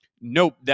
nope